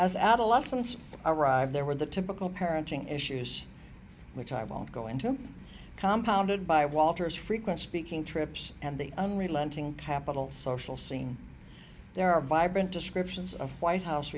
as adolescents arrive there were the typical parenting issues which i won't go into the compound by walter's frequent speaking trips and the unrelenting capital social scene there are by brant descriptions of white house